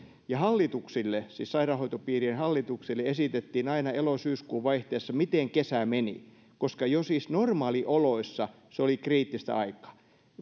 ja hallituksille siis sairaanhoitopiirien hallituksille esitettiin aina elo syyskuun vaihteessa miten kesä meni koska siis jo normaalioloissa se oli kriittistä aikaa